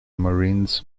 marines